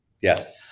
Yes